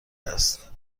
است